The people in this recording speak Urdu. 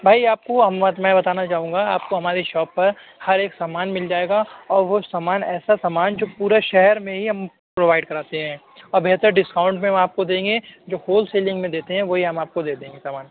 بھائی آپ کو میں بتانا چاہوں گا آپ کو ہماری شاپ پر ہر ایک سامان مِل جائے گا اور وہ سامان ایسا سامان جو پورے شہر میں ہی ہم پرووائڈ کراتے ہیں اور بہتر ڈسکاؤنٹ میں ہم آپ کو دیں گے جو ہول سیلنگ میں دیتے ہیں وہی ہم آپ کو دے دیں گے سامان